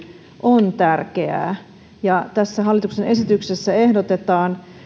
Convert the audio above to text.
on tärkeää ja tässä hallituksen esityksessä ehdotetaan